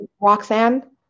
Roxanne